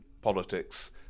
politics